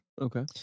Okay